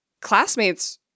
classmates